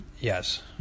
Yes